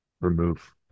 remove